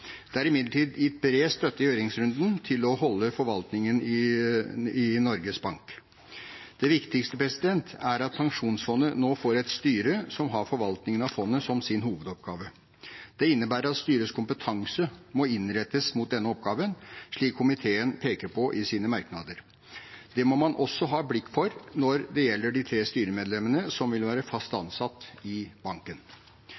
Det er imidlertid gitt bred støtte i høringsrunden til å beholde forvaltningen i Norges Bank. Det viktigste er at pensjonsfondet nå får et styre som har forvaltningen av fondet som sin hovedoppgave. Det innebærer at styrets kompetanse må innrettes mot denne oppgaven, slik komiteen peker på i sine merknader. Det må man også ha blikk for når det gjelder de tre styremedlemmene som vil være fast